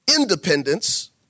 independence